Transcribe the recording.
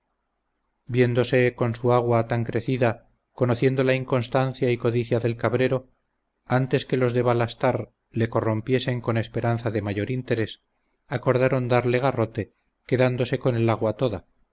viéndose con su agua tan crecida conociendo la inconstancia y codicia del cabrero antes que los de balastar le corrompiesen con esperanza de mayor interés acordaron darle garrote quedándose con el agua toda